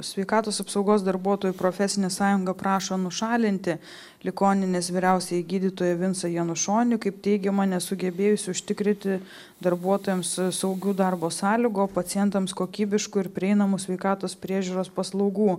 sveikatos apsaugos darbuotojų profesinė sąjunga prašo nušalinti ligoninės vyriausiąjį gydytoją vincą janušonį kaip teigiama nesugebėjusį užtikrinti darbuotojams saugių darbo sąlygų pacientams kokybiškų ir prieinamų sveikatos priežiūros paslaugų